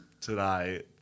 today